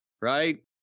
right